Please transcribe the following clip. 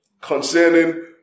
concerning